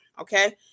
okay